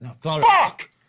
Fuck